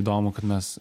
įdomu kad mes